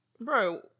Bro